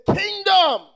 kingdom